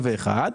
21',